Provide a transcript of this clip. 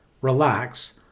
relax